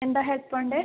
എന്താ ഹെൽപ്പ് വേണ്ടത്